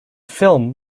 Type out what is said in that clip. film